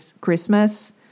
Christmas